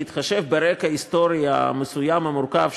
בהתחשב ברקע ההיסטורי המסוים המורכב,